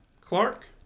Clark